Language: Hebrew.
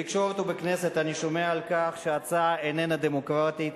בתקשורת ובכנסת אני שומע על כך שההצעה איננה דמוקרטית.